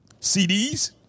CDs